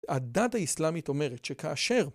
הדת האסלאמית אומרת שכאשר